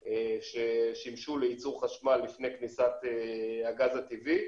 ששימשו לייצור חשמל לפני כניסת הגז הטבעי.